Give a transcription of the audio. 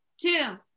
two